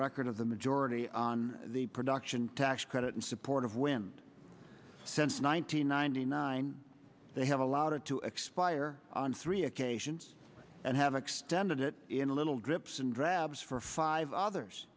record of the majority on the production tax credit and support of wind since one nine hundred ninety nine they have allowed it to expire on three occasions and have extended it in a little drips and drabs for five others